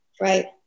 Right